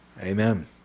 Amen